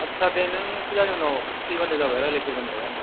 आदसा दे नों फुजानि उनाव फैबानो जाबाय रायलाय फैबानो जाबाय आंजों